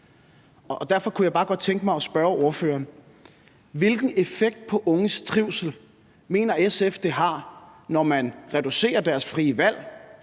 Derfor kunne jeg bare godt tænke mig at spørge ordføreren: Hvilken effekt på unges trivsel mener SF det har, når man reducerer deres frie valg,